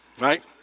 right